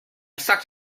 sucked